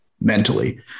mentally